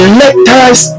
letters